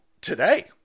today